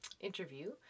interview